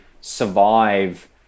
survive